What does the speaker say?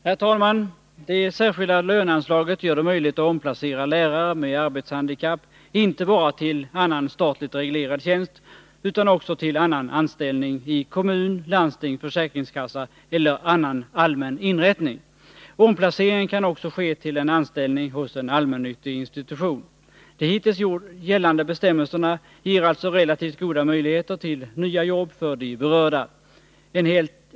Herr talman! Det särskilda löneanslaget gör det möjligt att omplacera lärare med arbetshandikapp inte bara till annan statligt reglerad tjänst utan också till annan anställning i kommun, landsting, försäkringskassa eller annan allmän inrättning. Omplacering kan också ske till anställning hos en allmännyttig institution. De hittills gällande bestämmelserna ger alltså relativt goda möjligheter till nya jobb för de berörda.